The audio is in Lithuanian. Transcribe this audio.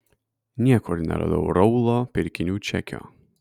niekur neradau raulo pirkinių čekio